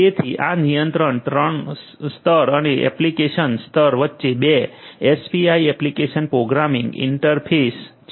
તેથી આ નિયંત્રણ સ્તર અને એપ્લિકેશન સ્તર વચ્ચે 2 એપીઆઇ એપ્લિકેશન પ્રોગ્રામિંગ ઇંટરફેસ છે